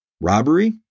Robbery